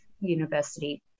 University